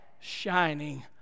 shining